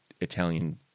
Italian